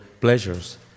pleasures